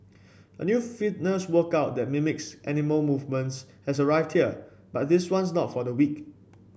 a new fitness workout that mimics animal movements has arrived here but this one's not for the weak